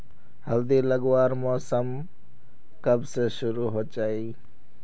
हल्दी लगवार मौसम कब से शुरू होचए?